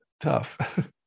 Tough